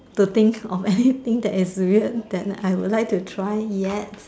to thik of anything that is weird that I would like to try yet